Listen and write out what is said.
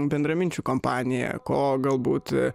bendraminčių kompanija ko galbūt